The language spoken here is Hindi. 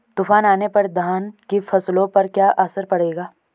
तूफान आने पर धान की फसलों पर क्या असर पड़ेगा?